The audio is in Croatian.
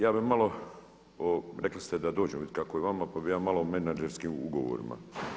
Ja bi malo, rekli ste da dođemo vidjeti kako je vama pa bi ja malo o menadžerskim ugovorima.